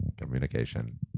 Communication